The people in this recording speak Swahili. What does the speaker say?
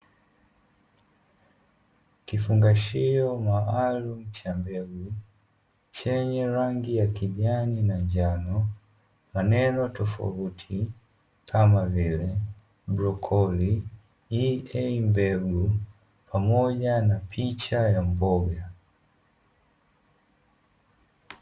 Kifungashio maalumu cha mbegu, chenye rangi ya kijani na njano, maneno tofauti kama vile brokoli, EA mbegu pamoja na picha ya mboga.